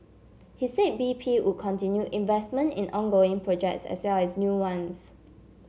he said B P would continue investment in ongoing projects as well as new ones